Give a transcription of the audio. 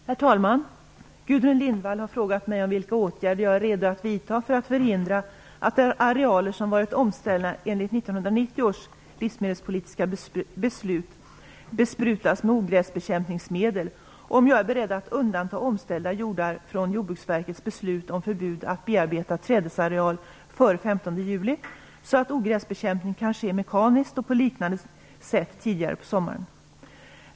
Herr talman! Gudrun Lindvall har frågat mig om vilka åtgärder jag är redo att vidta för att förhindra att arealer, som varit omställda enligt 1990 års livsmedelspolitiska beslut, besprutas med ogräsbekämpningsmedel och om jag är beredd att undanta omställda jordar från Jordbruksverkets beslut att bearbeta trädesareal före 15 juli, så att ogräsbekämpning kan ske mekaniskt och på liknande sätt tidigare på sommaren.